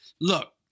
look